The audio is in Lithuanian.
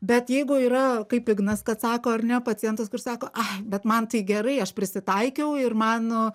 bet jeigu yra kaip ignas kad sako ar ne pacientas kur sako ai bet man tai gerai aš prisitaikiau ir mano